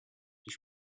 die